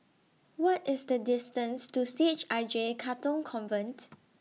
What IS The distance to C H I J Katong Convent